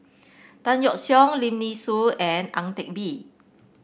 Tan Yeok Seong Lim Nee Soon and Ang Teck Bee